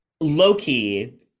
Low-key